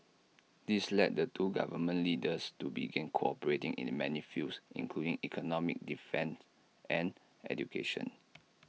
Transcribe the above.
this led the two government leaders to begin cooperating in many fields including economics defence and education